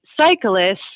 cyclists